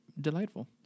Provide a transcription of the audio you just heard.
delightful